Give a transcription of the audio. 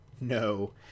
no